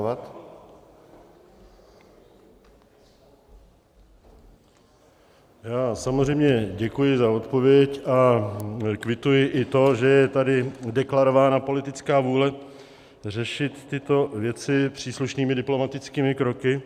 Já samozřejmě děkuji za odpověď a kvituji i to, že je tady deklarována politická vůle řešit tyto věci příslušnými diplomatickými kroky.